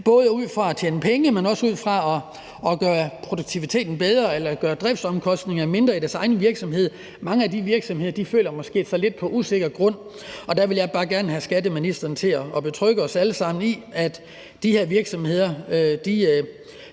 både ud fra det at tjene penge, men også ud fra det at gøre produktiviteten bedre eller gøre driftsomkostningerne i deres egen virksomhed mindre, måske føler sig lidt på usikker grund. Der vil jeg bare gerne have skatteministeren til at betrygge os alle sammen i, at de her virksomheder ikke